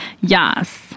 yes